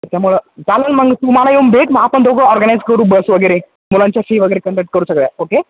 त्यामुळं चालेल मग तू मला येऊन भेट मग आपण दोघं ऑर्गनाईज करू बस वगैरे मुलांच्या फी वगैरे कंडक्ट करू सगळ्या ओके